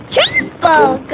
Triple